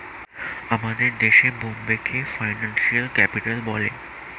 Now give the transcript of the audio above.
আমাদের দেশে বোম্বেকে ফিনান্সিয়াল ক্যাপিটাল বলে